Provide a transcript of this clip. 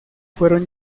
fueron